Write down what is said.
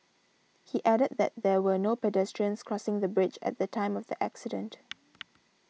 he added that there were no pedestrians crossing the bridge at the time of the accident